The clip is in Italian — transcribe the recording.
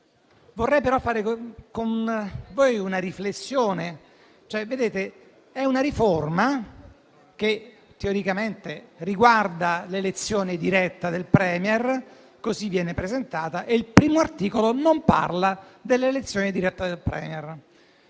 Vorrei però fare con voi una riflessione. È una riforma che teoricamente riguarda l'elezione diretta del *Premier*, così viene presentata, e il primo articolo non parla dell'elezione diretta del *Premier*.